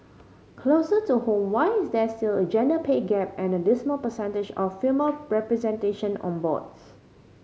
closer to home why is there still a gender pay gap and a dismal percentage of female representation on boards